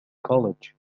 college